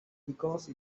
because